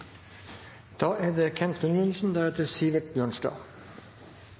Da er det